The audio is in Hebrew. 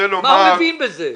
מה הוא מבין בזה?